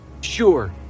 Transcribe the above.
Sure